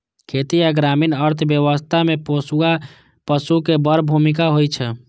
खेती आ ग्रामीण अर्थव्यवस्था मे पोसुआ पशु के बड़ भूमिका होइ छै